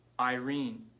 Irene